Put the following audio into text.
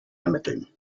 ermitteln